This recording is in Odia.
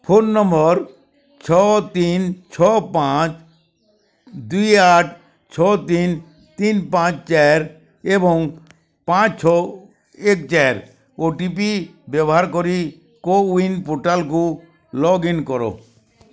ଫୋନ୍ ନମ୍ବର୍ ଛଅ ତିନ ଛଅ ପାଞ୍ଚ ଦୁଇ ଆଠ ଛଅ ତିନ ତିନ ପାଞ୍ଚ ଚାରି ଏବଂ ପାଞ୍ଚ ଛଅ ଏକ ଚାରି ଓ ଟି ପି ବ୍ୟବହାର କରି କୋୱିନ ପୋର୍ଟାଲକୁ ଲଗ୍ଇନ୍ କର